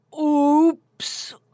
Oops